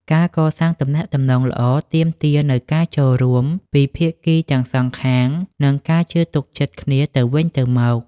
ការកសាងទំនាក់ទំនងល្អទាមទារនូវការចូលរួមពីភាគីទាំងសងខាង និងការជឿទុកចិត្តគ្នាទៅវិញទៅមក។